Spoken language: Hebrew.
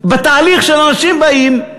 בתהליך שאנשים שבאים,